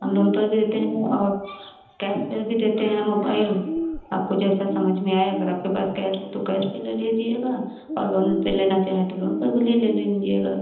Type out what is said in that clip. हम लोन पर भी देते हैं और कैस पर भी देते हैं मोबाइल आपको जैसा समझ में आए अगर आपके पास कैस हो तो कैस पर ले लीजिएगा और लोन पर लेना चाहे तो लोन पर भी ले लेंगी अगर